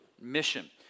mission